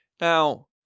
Now